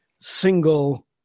single